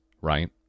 right